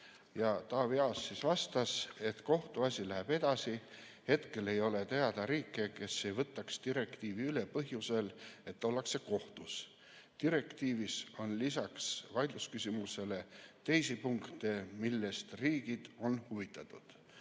Taavi Aas vastas, et kohtuasi läheb edasi. Hetkel ei ole teada riike, kes ei võtaks direktiivi üle põhjusel, et ollakse kohtus. Direktiivis on lisaks vaidlusküsimusele teisi punkte, millest riigid on huvitatud.